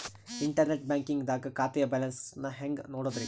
Internet banking ದಾಗ ಖಾತೆಯ balance ನ ಹೆಂಗ್ ನೋಡುದ್ರಿ?